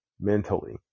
mentally